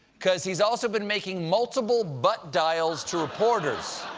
because he's also been making multiple butt dials to reporters.